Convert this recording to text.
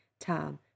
time